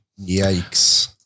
Yikes